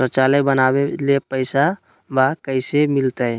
शौचालय बनावे ले पैसबा कैसे मिलते?